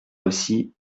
aussi